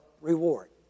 reward